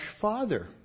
father